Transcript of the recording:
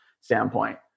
standpoint